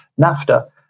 NAFTA